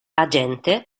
agente